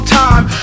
time